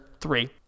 three